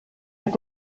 mit